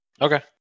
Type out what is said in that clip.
Okay